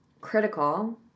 critical